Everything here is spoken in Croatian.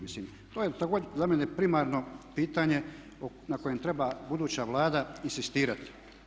Mislim, to je također za mene primarno pitanje na kojem treba buduća Vlada inzistirati.